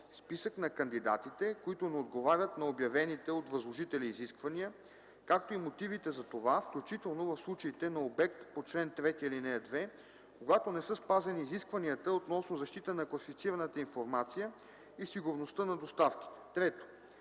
списък на кандидатите, които не отговарят на обявените от възложителя изисквания, както и мотивите за това, включително в случаите на обект по чл. 3, ал. 2, когато не са спазени изискванията относно защитата на класифицираната информация и сигурността на доставките; 3.